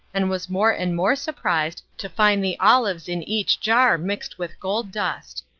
and was more and more surprised to find the olives in each jar mixed with gold dust.